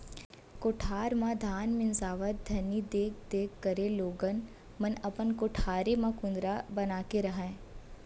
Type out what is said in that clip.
कोठार म धान मिंसावत घनी देख देख करे घर लोगन मन अपन कोठारे म कुंदरा बना के रहयँ